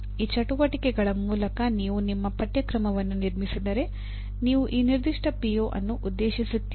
ಈ ಚಟುವಟಿಕೆಗಳ ಮೂಲಕ ನೀವು ನಿಮ್ಮ ಪಠ್ಯಕ್ರಮವನ್ನು ನಿರ್ಮಿಸಿದರೆ ನೀವು ಈ ನಿರ್ದಿಷ್ಟ ಪಿಒ ಅನ್ನು ಉದ್ದೇಶಿಸಿರುತ್ತೀರಿ